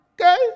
Okay